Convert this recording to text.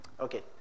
Okay